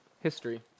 History